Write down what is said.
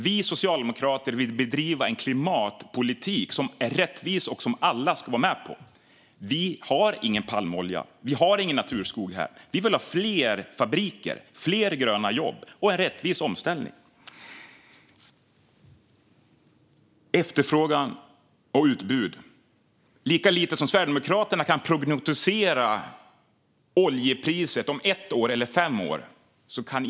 Vi socialdemokrater vill bedriva en klimatpolitik som är rättvis och som alla ska vara med på. Vi har ingen palmolja och ingen naturskog här. Vi vill ha fler fabriker, fler gröna jobb och en rättvis omställning. Efterfrågan och utbud - Sverigedemokraterna kan lika lite som någon annan prognostisera oljepriset om ett eller fem år.